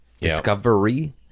Discovery